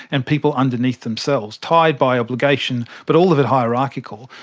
and people underneath themselves, tied by obligation, but all of it hierarchical,